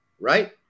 Right